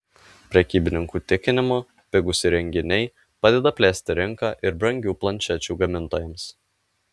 prekybininkų tikinimu pigūs įrenginiai padeda plėsti rinką ir brangių planšečių gamintojams